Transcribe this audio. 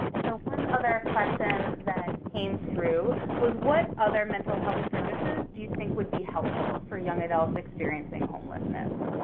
so one other question that came through was, what other mental health services do you think would be helpful for young adults experiencing homelessness?